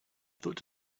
thought